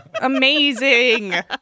Amazing